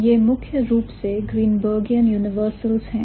यह मुख्य रूप से Greenbergian universals हैं